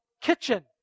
kitchen